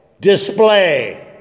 display